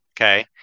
okay